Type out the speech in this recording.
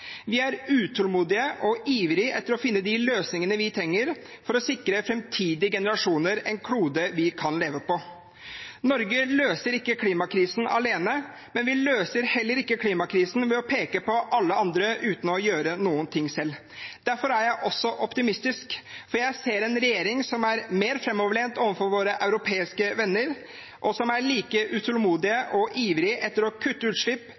Vi er utålmodige og ivrige etter å finne de løsningene vi trenger for å sikre framtidige generasjoner en klode vi kan leve på. Norge løser ikke klimakrisen alene, men vi løser heller ikke klimakrisen ved å peke på alle andre uten å gjøre noen ting selv. Derfor er jeg også optimistisk, for jeg ser en regjering som er mer framoverlent overfor våre europeiske venner, og som er like utålmodig og ivrig etter å kutte utslipp,